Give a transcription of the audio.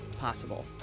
possible